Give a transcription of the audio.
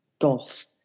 goth